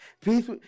Peace